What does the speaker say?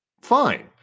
fine